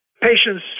Patients